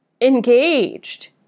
engaged